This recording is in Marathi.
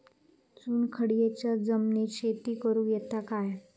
चुनखडीयेच्या जमिनीत शेती करुक येता काय?